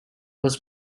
was